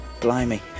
Blimey